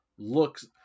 looks